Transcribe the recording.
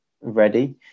ready